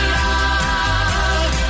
love